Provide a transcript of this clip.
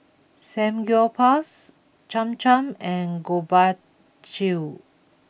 Samgyeopsal Cham Cham and Gobchang Gui